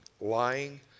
Lying